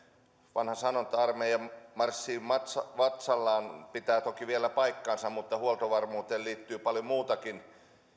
vanha sanonta armeija marssii vatsallaan pitää toki vielä paikkansa mutta huoltovarmuuteen liittyy paljon muutakin